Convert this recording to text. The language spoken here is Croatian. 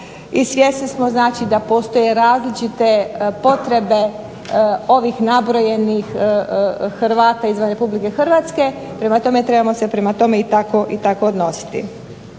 i svjesni smo da postoje različite potrebe ovih nabrojenih Hrvata izvan RH prema tome trebamo se prema tome i tako odnositi.